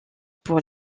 pour